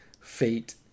fate